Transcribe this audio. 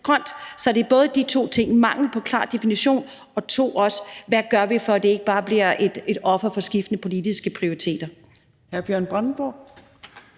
grønt. Så det er de to ting, altså mangel på klar definition og også, hvad vi gør, så det ikke bare bliver et offer for skiftende politiske prioriteringer.